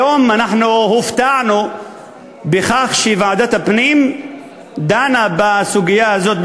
היום הופתענו מכך שוועדת הפנים דנה בסוגיה הזאת,